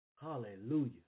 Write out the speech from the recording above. Hallelujah